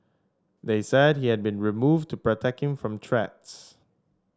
they said he had been removed to protect him from threats